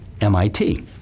MIT